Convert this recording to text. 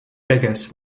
beggars